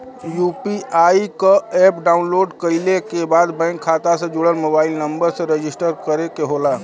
UPI क app download कइले के बाद बैंक खाता से जुड़ल मोबाइल नंबर से रजिस्टर करे के होला